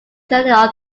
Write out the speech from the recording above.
generally